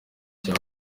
cya